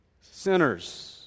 sinners